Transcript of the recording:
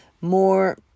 more